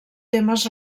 temes